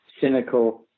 cynical